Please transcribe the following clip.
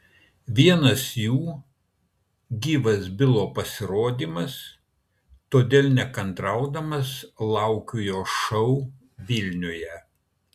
vienas jų gyvas bilo pasirodymas todėl nekantraudamas laukiu jo šou vilniuje